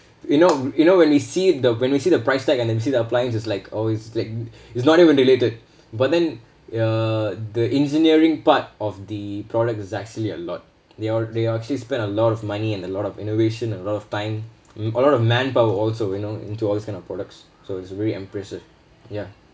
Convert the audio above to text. you know you know when we see the when we see the price tag and then we see the appliances is like always like is not even related but then ya the engineering part of the product is actually a lot they are they are actually spent a lot of money and a lot of innovation a lot of time a lot of manpower also you know into all kind of products so it's very impressive ya